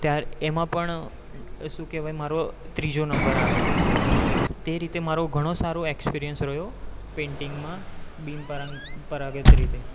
ત્યાર એમાં પણ શું કહેવાય મારો ત્રીજો નંબર આવ્યો તે રીતે મારો ઘણો સારો એક્સપિરિયન્સ રહ્યો પેંટિંગમાં બીનપરંપરાગત રીતે